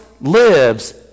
lives